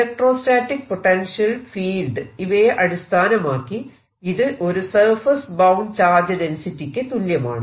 electrostatic potential field ഇവയെ അടിസ്ഥാനമാക്കി ഇത് ഒരു സർഫേസ് ബൌണ്ട് ചാർജ് ഡെൻസിറ്റിയ്ക്ക് തുല്യമാണ്